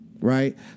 right